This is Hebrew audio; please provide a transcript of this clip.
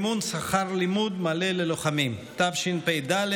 התשפ"ד 2023, שהחזירה ועדת